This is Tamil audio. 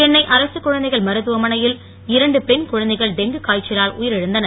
சென்னை அரசு குழந்தைகள் மருத்துவமனையில் இரண்டு பெண் குழந்தைகள் டெங்கு காய்ச்சலால் உயிரிழந்தனர்